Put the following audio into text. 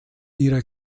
ihre